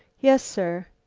yes, sir.